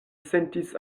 sentis